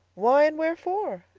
why and wherefore?